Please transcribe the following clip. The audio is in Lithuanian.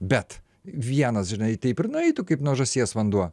bet vienas žinai taip ir nueitų kaip nuo žąsies vanduo